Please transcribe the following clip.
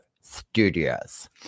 Studios